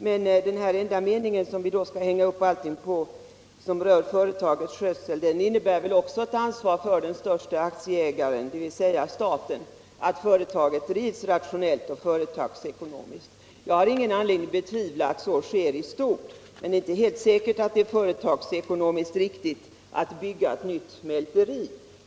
Men den här enda meningen som rör företagets skötsel, som vi tydligen skall hänga upp allting på, innebär väl också ett ansvar för den störste aktieägaren, dvs. staten, att se till att företaget drivs rationellt och företagsekonomiskt. Jag har ingen anledning att betvivla att så sker i stort. Men det är inte säkert att det är företagsekonomiskt riktigt att bygga ett nytt mälteri.